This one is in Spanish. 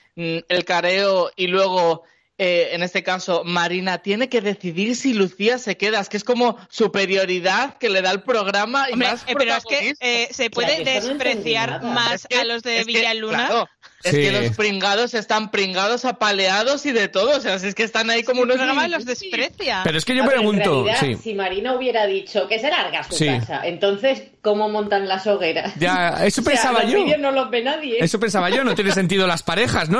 mm, el careo y luego, eh, en este caso, Marina tiene que decidir si Lucía se queda. Es que es como superioridad que le da el programa y Hombre, más eh, pero es que, protagonismo. eh, ¿se O sea, pueden que esto no entendí despreciar nada. más Es a que- los de es que, Villaluna? claro, es que Sí. los pringados están pringados, apaleados y de todo. O sea, si es que están ahí Es como un unos programa que ninjis los y- desprecia. Sí. Pero es que yo A ver, en pregunto, realidad, sí. si Marina hubiera dicho que se larga a su Sí. casa, entonces, ¿cómo montan las hogueras? Ya, eso O sea, pensaba los yo. vídeos no los ve nadie. Eso pensaba yo, no tiene sentido las parejas, ¿no?